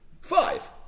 five